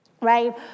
right